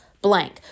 blank